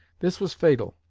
this was fatal,